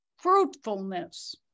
fruitfulness